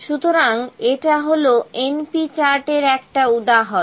সুতরাং এটা হল np চার্টের একটা উদাহরণ